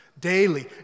daily